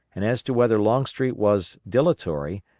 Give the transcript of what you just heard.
and as to whether longstreet was dilatory,